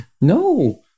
No